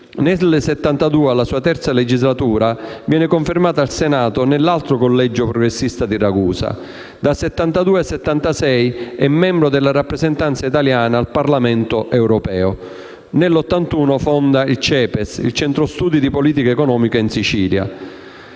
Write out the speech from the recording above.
Nel 1972, alla sua terza legislatura, viene confermato al Senato nell'altro collegio progressista di Ragusa. Dal 1972 al 1976 è membro della rappresentanza italiana al Parlamento europeo. Nel 1981 fonda il Centro studi di politica economica in Sicilia